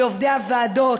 לעובדי הוועדות,